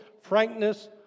frankness